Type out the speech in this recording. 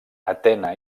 atena